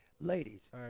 Ladies